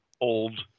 old